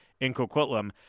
Incoquitlam